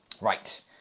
Right